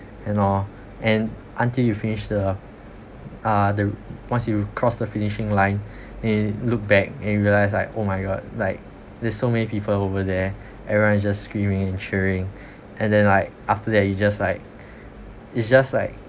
and all and until you finish the uh the once you cross the finishing line and look back and realize that oh my god like there's so many people over there everyone just screaming cheering and then like after that you just like it's just like